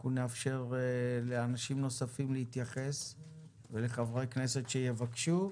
אנחנו נאפשר לאנשים נוספים להתייחס ולחברי כנסת שיבקשו.